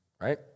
right